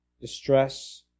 distress